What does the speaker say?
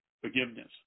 forgiveness